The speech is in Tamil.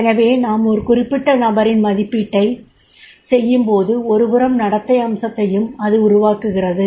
எனவே நாம் ஒரு குறிப்பிட்ட நபரின் மதிப்பீட்டை செய்யும்போது ஒருபுறம் நடத்தை அம்சத்தையும் அது உருவாக்குகிறது